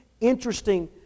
interesting